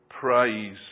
praise